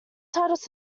titles